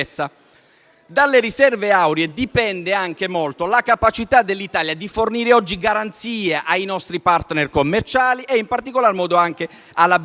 Dalle riserve auree dipende anche molto la capacità dell'Italia di fornire oggi garanzie ai nostri *partner* commerciali e, in particolar modo, anche alla BCE.